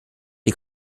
die